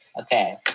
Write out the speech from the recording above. Okay